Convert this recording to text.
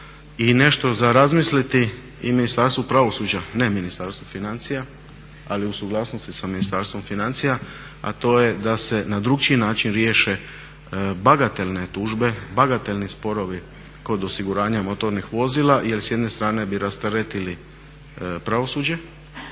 I nešto za razmisliti i Ministarstvu pravosuđa, ne Ministarstvu financija, ali u suglasnosti sa Ministarstvom financija, a to je da se na drukčiji način riješe bagatelne tužbe, bagatelni sporovi kod osiguranja motornih vozila. Jer s jedne strane bi rasteretili pravosuđe,